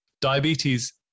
Diabetes